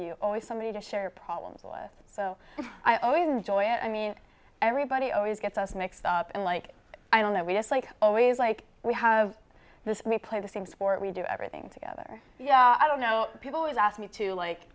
you always somebody to share problems away so i always enjoy it i mean everybody always gets us mixed up and like i don't know we just like always like we have this may play the same sport we do everything together yeah i don't know people always ask me to like